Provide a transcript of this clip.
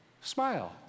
smile